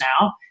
now